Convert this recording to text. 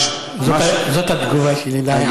זאת התגובה שלי אליך.